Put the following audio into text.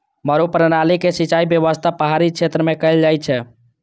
मड्डू प्रणाली के सिंचाइ व्यवस्था पहाड़ी क्षेत्र मे कैल जाइ छै